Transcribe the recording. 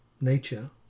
nature